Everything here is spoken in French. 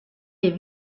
est